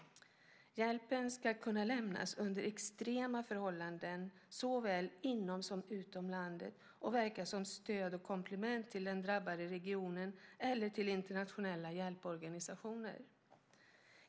Hjälpen ska kunna lämnas under extrema förhållanden såväl inom som utom landet och verka som stöd och komplement till den drabbade regionen eller till internationella hjälporganisationer.